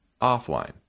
offline